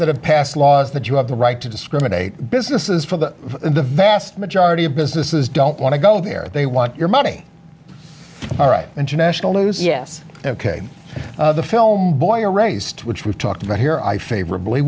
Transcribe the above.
that have passed laws that you have the right to discriminate businesses for them the vast majority of businesses don't want to go there and they want your money all right international news yes ok the film boy raised which we've talked about here i favorably